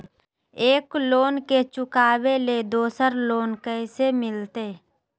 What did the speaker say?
एक लोन के चुकाबे ले दोसर लोन कैसे मिलते?